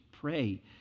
pray